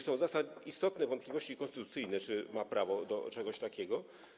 Są istotne wątpliwości konstytucyjne, czy ma prawo do czegoś takiego.